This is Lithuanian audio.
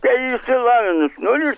te išsilavinus nulį